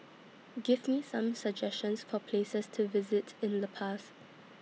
Give Me Some suggestions For Places to visit in La Paz